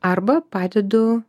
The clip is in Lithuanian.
arba padedu